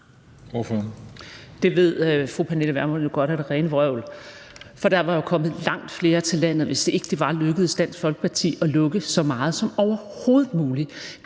Det ved fru Pernille Vermund jo godt er det rene vrøvl, for der var kommet langt flere til landet, hvis det ikke var lykkedes Dansk Folkeparti at lukke så meget som overhovedet muligt.